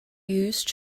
used